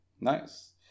Nice